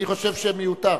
אני חושב שמיותר.